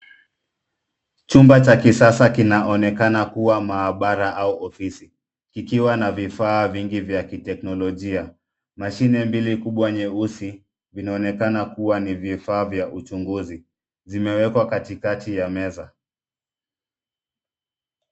Chumba cha kisasa kinaonekana kua maabara au ofisi, kikiwa na vifaa vingi vya kiteknolojia. Mashine mbili kubwa nyeusi, zinaonekana kua ni vifa vya uchunguzi. Zimewekwa katikati ya meza.